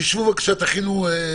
תשבו, בבקשה, תכינו.